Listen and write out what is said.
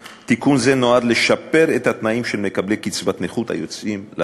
תיקון זה נועד לשפר את התנאים של מקבלי קצבת נכות היוצאים לעבוד